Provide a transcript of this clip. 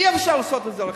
אי-אפשר לעשות את זה לחצאין,